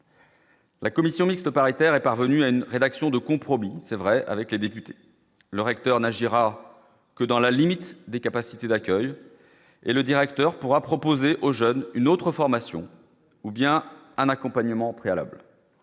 La commission mixte paritaire est parvenu à une rédaction de compromis c'est vrai avec les députés, le recteur n'agira que dans la limite des capacités d'accueil et le directeur pourra proposer aux jeunes une autre formation ou bien un accompagnement préalables,